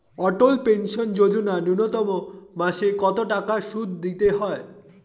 অটল pension Yojana ন্যূনতম মাসে কত টাকা সুধ দিতে হয়?